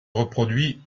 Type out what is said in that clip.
reproduit